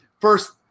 first